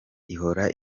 ihora